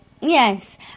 Yes